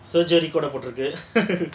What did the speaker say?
surgery கூட போட்டுருக்கு:kooda pottrukku